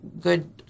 good